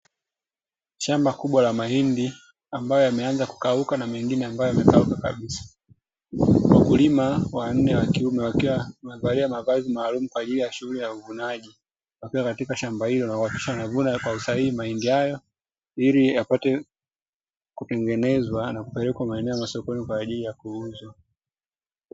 Shamba kubwa la mahindi ambayo yameanza kukauka na mengne ambayo yamekauka kabisa. Wakulima wanne wa kiume wakiwa wamevalia mavazi maalumu kwaajili ya shughuli ya uvunaji katika shamba huko na wanahakikisha wanavuna kwa usahihi mahindi hayo ili yapate kutengenzewa na kupelekwa maeneo ya sokoni kwajili ya kuuza.